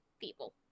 people